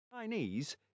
Chinese